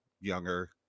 younger